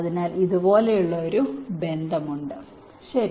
അതിനാൽ ഇതുപോലുള്ള ഒരു ബന്ധമുണ്ട് ശരി